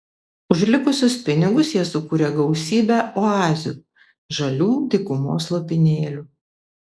už likusius pinigus jie sukūrė gausybę oazių žalių dykumos lopinėlių